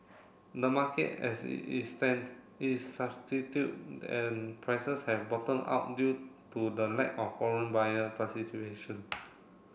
the market as it stand is substitute and prices have bottomed out due to the lack of foreign buyer